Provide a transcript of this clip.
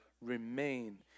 Remain